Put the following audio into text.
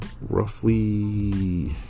roughly